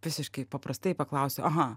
visiškai paprastai paklausiu aha